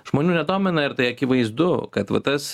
žmonių nedomina ir tai akivaizdu kad va tas